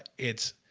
it's